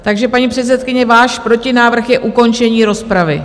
Takže paní předsedkyně, váš protinávrh je ukončení rozpravy?